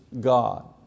God